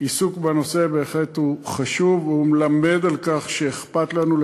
העיסוק בנושא הוא בהחלט חשוב והוא מלמד על כך שאכפת לנו,